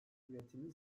üretimi